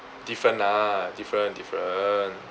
different lah different different